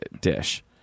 dish